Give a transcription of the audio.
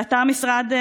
באתר המשרד,